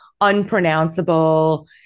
unpronounceable